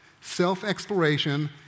self-exploration